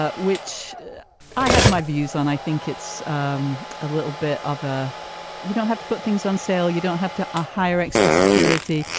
ah which i have my views on. i think it's um a little bit of a you don't have to put things on sale. you don't have to ah hire extra security.